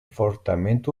fortament